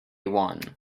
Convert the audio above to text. one